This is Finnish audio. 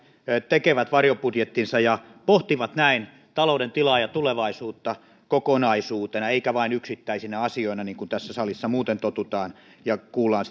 tekevät varjobudjettinsa ja pohtivat näin talouden tilaa ja tulevaisuutta kokonaisuutena eivätkä vain yksittäisinä asioina mihin tässä salissa muuten totutaan ja kuullaan